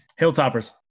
Hilltoppers